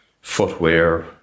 footwear